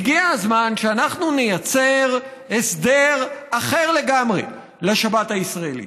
הגיע הזמן שאנחנו נייצר הסדר אחר לגמרי לשבת הישראלית,